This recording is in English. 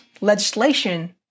legislation